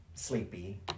Sleepy